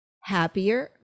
happier